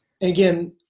again